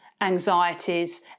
anxieties